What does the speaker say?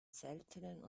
seltenen